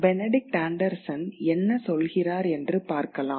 Benedict Anderson என்ன சொல்கிறார் என்று பார்க்கலாம்